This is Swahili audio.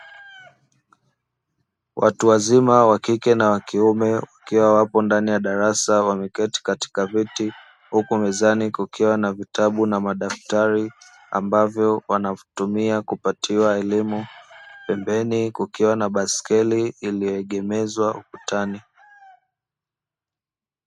Watu wazima wa kike na wakiume, wakiwa wapo ndani ya darasa, wameketi katika viti. Huku mezani kukiwa na vitabu na madaftari, ambavyo wanavitumia kupatiwa elimu. Pembeni kukiwa na baiskeli iliyoegemezwa ukutani.